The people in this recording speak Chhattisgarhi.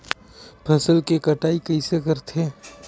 फसल के कटाई कइसे करथे?